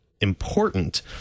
important